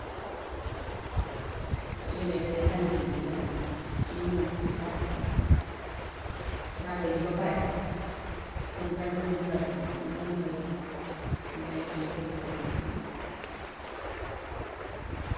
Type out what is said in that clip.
Su demee daf dee sànni bul bi si gannaaw suy mu ràbbu ko. Bu ko ràbbee nii ba pare. Léegi dara dootul duggati foofu, moom rekk moo fau duggu. Lu moo lekk yépp foofu la ko dee difini.